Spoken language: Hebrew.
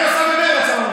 מה היא עושה במרצ?